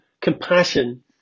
compassion